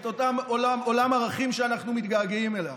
את אותו עולם ערכים שאנחנו מתגעגעים אליו.